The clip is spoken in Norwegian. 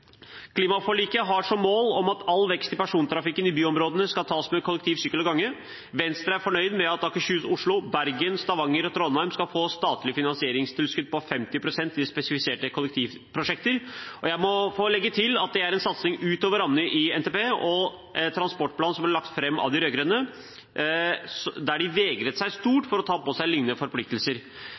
Klimaforliket har som mål at all vekst i persontrafikken i byområdene skal tas med kollektivtransport, sykkel og gange. Venstre er fornøyd med at Akershus/Oslo, Bergen, Stavanger og Trondheim skal få statlige finansieringstilskudd på 50 pst. til spesifiserte kollektivprosjekter, og jeg må få legge til at det er en satsing utover rammene i NTP, transportplanen som ble lagt fram av de rød-grønne, der de vegret seg stort for å ta på seg lignende forpliktelser.